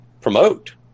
promote